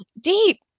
deep